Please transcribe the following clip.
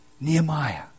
Nehemiah